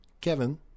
Kevin